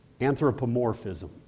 Anthropomorphism